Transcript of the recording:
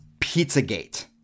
Pizzagate